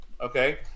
Okay